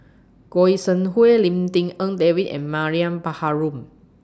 Goi Seng Hui Lim Tik En David and Mariam Baharom